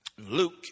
Luke